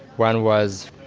one was